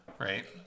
Right